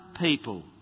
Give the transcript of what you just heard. people